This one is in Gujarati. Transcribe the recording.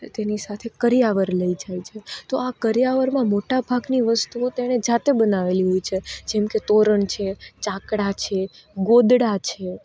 તેની સાથે કરિયાવર લઈ જાયે છે તો આ કરિયાવરમાં મોટા ભાગની વસ્તુઓ તેણે જાતે બનાવેલી હોય છે જેમકે તોરણ છે ચાકડા છે ગોદડા છે